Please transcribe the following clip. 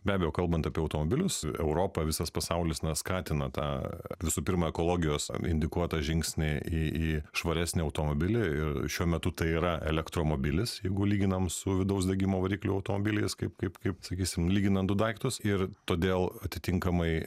be abejo kalbant apie automobilius europa visas pasaulis na skatina tą visų pirma ekologijos indikuotą žingsnį į į švaresnį automobilį ir šiuo metu tai yra elektromobilis jeigu lyginam su vidaus degimo variklių automobiliais kaip kaip kaip sakysim lyginant du daiktus ir todėl atitinkamai